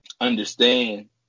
understand